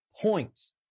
points